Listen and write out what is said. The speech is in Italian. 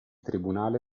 tribunale